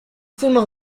fuimos